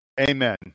Amen